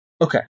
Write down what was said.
Okay